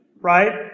Right